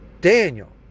Daniel